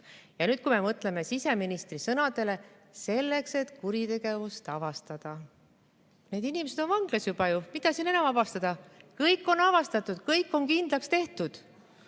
andmeid koguma. Mõtleme siseministri sõnadele: selleks, et kuritegevust avastada. Need inimesed on juba vanglas, mida siin enam avastada? Kõik on avastatud, kõik on kindlaks tehtud